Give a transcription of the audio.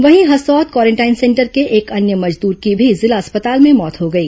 वहीं Hasaud quarantine centre के एक अन्य मजदूर की भी जिला अस्पताल में मौत हो गई